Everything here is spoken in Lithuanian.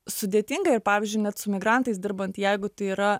sudėtinga ir pavyzdžiui net su migrantais dirbant jeigu tai yra